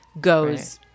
goes –